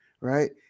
right